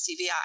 CVI